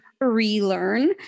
relearn